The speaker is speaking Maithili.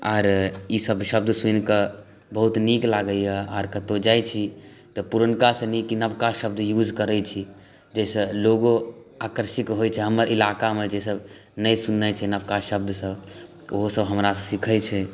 आर ई सब शब्द सुनिकऽ बहुत नीक लागैया आर कतहु जाइ छी तऽ पुरनकासँ नीक ई नबका शब्द यूज करै छी जाहिसॅं लोगो आकर्षित होइ छै हमर इलाकामे जे नहि सुनने छै नबका शब्द सब ओहो सब हमरासऽ सीखै छै